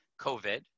COVID